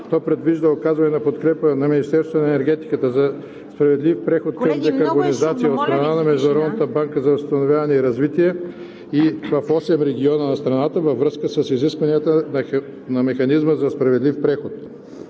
То предвижда оказване на подкрепа на Министерството на енергетиката за справедлив преход към декарбонизация от страна на Международната банка за възстановяване и развитие в осем региона на страната във връзка с изискванията на Механизма за справедлив преход.